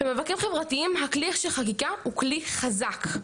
במאבקים חברתיים הכלי של חקיקה הוא כלי חזק,